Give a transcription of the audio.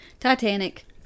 titanic